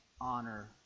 honor